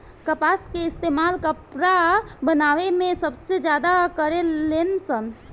कपास के इस्तेमाल कपड़ा बनावे मे सबसे ज्यादा करे लेन सन